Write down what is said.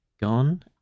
gone